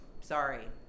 sorry